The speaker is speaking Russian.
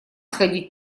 сходить